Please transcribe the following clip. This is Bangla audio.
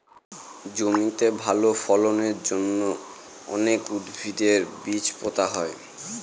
জমিতে ভালো ফলনের জন্য অনেক উদ্ভিদের বীজ পোতা হয়